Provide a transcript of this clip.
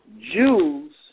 Jews